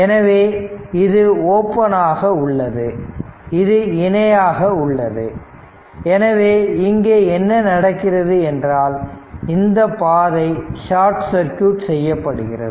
எனவே இது ஓபன் ஆக உள்ளது இது இணையாக உள்ளது எனவே இங்கே என்ன நடக்கிறது என்றால் இந்த பாதை ஷார்ட் சர்க்யூட் செய்யப்படுகிறது